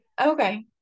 okay